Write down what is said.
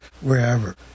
wherever